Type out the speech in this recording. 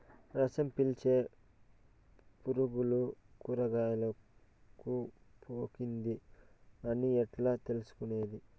రసం పీల్చే పులుగులు కూరగాయలు కు సోకింది అని ఎట్లా తెలుసుకునేది?